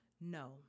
No